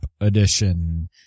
Edition